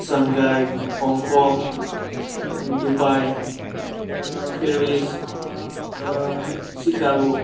Shanghai Hong Kong Dubai Paris Chicago